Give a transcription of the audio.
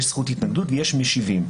יש זכות התנגדות ויש משיבים.